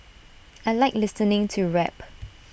I Like listening to rap